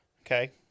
Okay